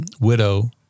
widow